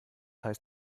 heißt